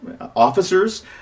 officers